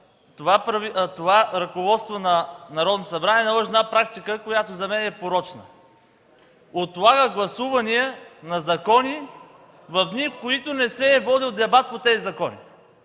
това ръководство на Народното събрание наложи една практика, която за мен е порочна – отлага гласувания на закони в дни, в които не се е водил дебат по тези закони.